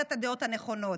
גברת הדעות הנכונות.